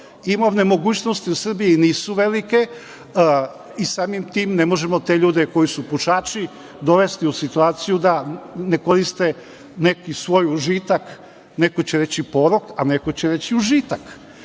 imovne mogućnosti u Srbiji nisu velike i samim tim ne možemo te ljude, koji su pušači, dovesti u situaciju da ne koriste neki svoj užitak, neko će reći porok, a neko će reći užitak.